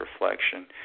reflection